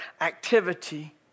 activity